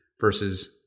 versus